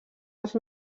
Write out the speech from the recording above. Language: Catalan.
als